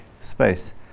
space